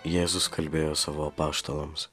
jėzus kalbėjo savo apaštalams